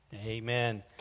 Amen